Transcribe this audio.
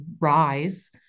rise